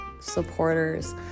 supporters